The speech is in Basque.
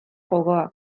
jokoak